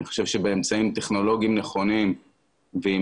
אני חושב שבאמצעים טכנולוגיים נכונים ועם